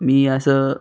मी असं